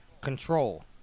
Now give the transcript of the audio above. Control